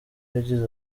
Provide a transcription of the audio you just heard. yagize